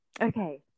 Okay